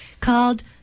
called